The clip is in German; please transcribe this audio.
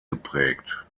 geprägt